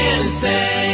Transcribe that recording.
Insane